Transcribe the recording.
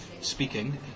speaking